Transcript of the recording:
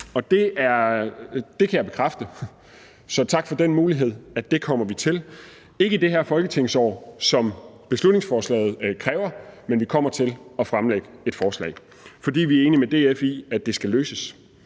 Det kan jeg bekræfte – så tak for den mulighed. Det kommer vi til – ikke i det her folketingsår, som beslutningsforslaget kræver, men vi kommer til at fremlægge et forslag, for vi er enige med DF i, at det skal løses.